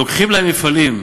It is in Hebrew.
לוקחים להם מפעלים,